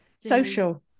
Social